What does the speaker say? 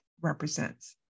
represents